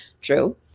True